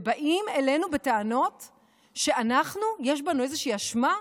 ובאים אלינו בטענות שאנחנו, יש בנו איזושהי אשמה?